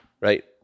right